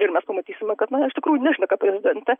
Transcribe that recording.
ir mes pamatysime kad na iš tikrųjų neslepia prezidentė